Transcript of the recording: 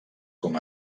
com